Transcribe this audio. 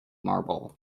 marble